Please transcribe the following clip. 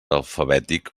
alfabètic